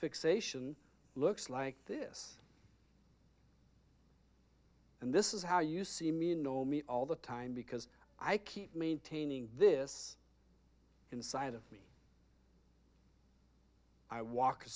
fixation looks like this and this is how you see me know me all the time because i keep maintaining this inside of me i walk a